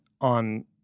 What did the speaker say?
on